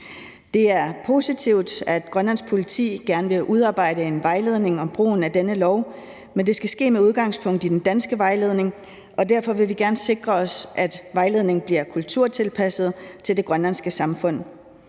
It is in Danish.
Det er positivt, at Grønlands Politi gerne vil udarbejde en vejledning om brugen af denne lov. Men det skal ske med udgangspunkt i den danske vejledning, og derfor vil vi gerne sikre os, at vejledningen bliver kulturtilpasset til det grønlandske samfund.